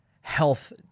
health